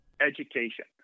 education